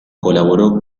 colaboró